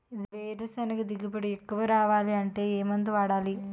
వేరుసెనగ దిగుబడి ఎక్కువ రావాలి అంటే ఏ మందు వాడాలి?